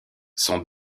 sont